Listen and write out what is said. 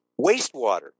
wastewater